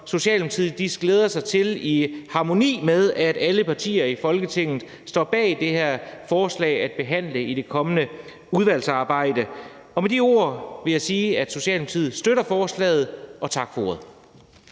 Socialdemokratiet glæder sig til – i den harmoni, hvor alle partier i Folketinget står bag det – at behandle i det kommende udvalgsarbejde. Med de ord vil jeg sige, at Socialdemokratiet støtter forslaget. Tak for ordet.